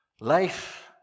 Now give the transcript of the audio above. Life